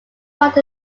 about